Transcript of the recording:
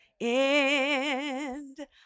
end